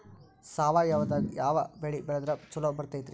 ಸಾವಯವದಾಗಾ ಯಾವ ಬೆಳಿ ಬೆಳದ್ರ ಛಲೋ ಬರ್ತೈತ್ರಿ?